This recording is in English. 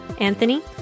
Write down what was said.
Anthony